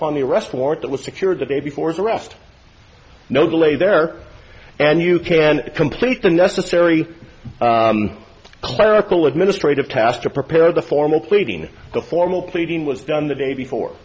upon the arrest warrant that was secured the day before his arrest no delay there and you can complete the necessary clerical administrative task to prepare the formal pleading the formal pleading was done the day before